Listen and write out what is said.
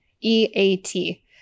E-A-T